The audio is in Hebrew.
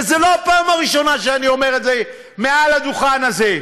וזו לא הפעם הראשונה שאני אומר את זה מעל הדוכן הזה.